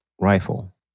rifle